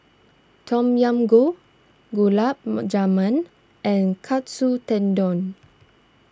Tom Yam Goong Gulab Ma Jamun and Katsu Tendon